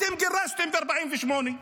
אתם גירשתם ב-1948,